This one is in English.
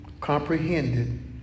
comprehended